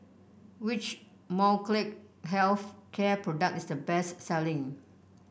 which Molnylcke Health Care product is the best selling